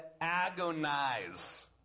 agonize